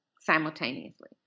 simultaneously